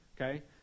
okay